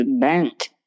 bent